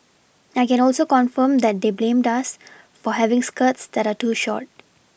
I can also confirm that they blamed us for having skirts that are too short